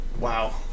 Wow